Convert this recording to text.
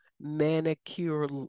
manicure